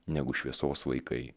negu šviesos vaikai